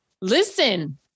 listen